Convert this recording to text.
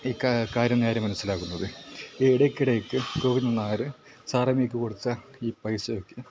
ഈ കാര്യം നേരെ മനസ്സിലാകുന്നത് ഇടയ്ക്കിടയ്ക്ക് ഗോവിന്ദൻ നായർ സാറമ്മയ്ക്ക് കൊടുത്ത ഈ പൈസയൊക്കെ